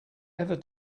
ever